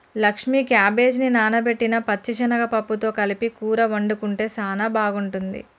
లక్ష్మీ క్యాబేజిని నానబెట్టిన పచ్చిశనగ పప్పుతో కలిపి కూర వండుకుంటే సానా బాగుంటుంది